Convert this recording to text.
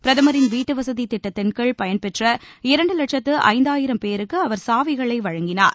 பிரதமரின் வீட்டுவசதி திட்டத்தின்கீழ் பயன்பெற்ற இரண்டு லட்சத்து ஐந்தாயிரம் பேருக்கு அவர் சாவிகளை வழங்கினார்